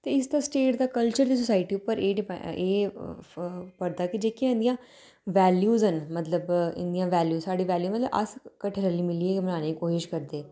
ते इसदा स्टेट दा कल्चर दा सोसाइटी पर एह् एह् प डिपेंड एह् करदा कि जेह्कियां इं'दियां वैल्यू न मतलब इं'दियां वैल्यू साढ़ी वैल्यू मतलब अस किट्ठे रली मिलियै गै मनाने दी कोशिश करदे